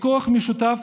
ככוח משותף,